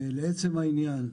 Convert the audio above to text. לעצם העניין,